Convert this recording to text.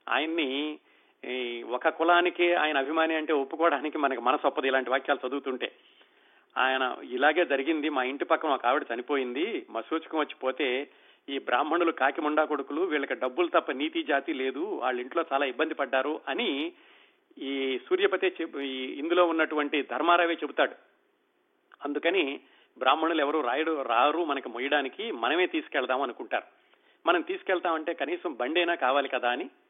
ఆయన్ని, ఈ ఒక కులానికే ఆయన అభిమాని అంటే ఒప్పుకోవడానికి మనకి మనసు ఒప్పదు ఇలాంటి వాక్యాలు చదువుతుంటే. ఆయన ఇలాగే జరిగింది, మా ఇంటి పక్కన ఒక ఆవిడ చనిపోయింది, మా సూచకం వచ్చి పోతే ఈ బ్రాహ్మణులు కాకి ముండా కొడుకులు వీళ్ళకి డబ్బులు తప్ప నీతి జాతి లేదు, వాళ్ళ ఇంట్లో చాలా ఇబ్బంది పడ్డారు అని ఈ సూర్యపతే చెప్ప- ఈ ఇందులో ఉన్నటువంటి ధర్మారావే చెబుతాడు. అందుకని బ్రాహ్మణులు ఎవరు రాయుడు- రారు మనకి మొయ్యడానికి మనమే తీసుకెళ్దాం అనుకుంటారు. మనం తీసుకెళ్తామంటే కనీసం బండైనా కావాలి కదా అని